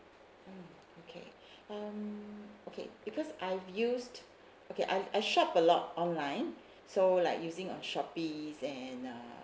mm okay um okay because I've used okay I I shop a lot online so like using uh shopee and uh